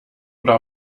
oder